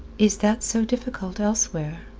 is that so difficult elsewhere?